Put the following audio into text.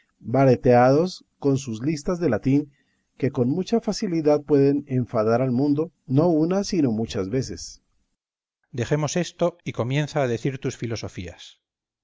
vareteados con sus listas de latín que con mucha facilidad pueden enfadar al mundo no una sino muchas veces cipión dejemos esto y comienza a decir tus filosofías